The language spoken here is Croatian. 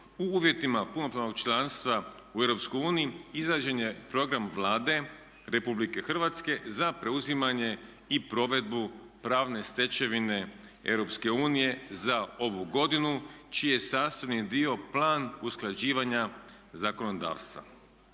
u uvjetima punopravnog članstva u EU izrađen je Program Vlade Republike Hrvatske za preuzimanje i provedbu pravne stečevine EU za ovu godinu čiji je sastavni dio plan usklađivanja zakonodavstva.